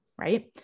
Right